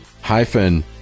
Hyphen